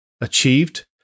achieved